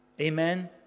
Amen